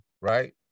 right